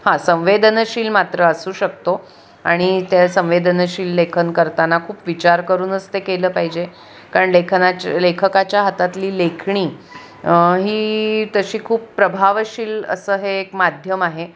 हां संवेदनशील मात्र असू शकतो आणि त्या संवेदनशील लेखन करताना खूप विचार करूनच ते केलं पाहिजे कारण लेखना लेखकाच्या हातातली लेखणी ही तशी खूप प्रभावशाली असं हे एक माध्यम आहे